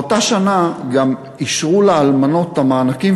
באותה שנה גם אישרו לאלמנות את המענקים,